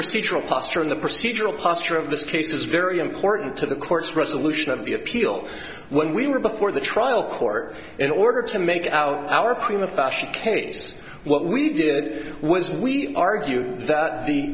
procedural posture in the procedural posture of this case is very important to the court's resolution of the appeal when we were before the trial court in order to make out our prima fashion case what we did was we argue that the